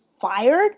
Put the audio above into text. fired